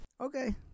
Okay